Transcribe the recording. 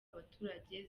abaturage